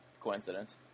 coincidence